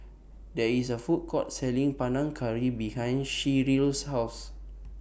There IS A Food Court Selling Panang Curry behind Sheryl's House